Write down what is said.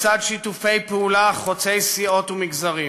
לצד שיתופי פעולה חוצי סיעות ומגזרים.